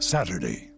Saturday